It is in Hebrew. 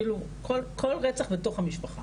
כאילו כל רצח בתוך המשפחה.